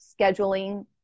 scheduling